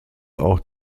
auch